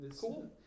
Cool